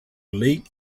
late